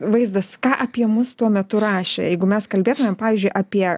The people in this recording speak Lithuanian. vaizdas ką apie mus tuo metu rašė jeigu mes kalbėtumėm pavyzdžiui apie